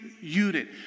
unit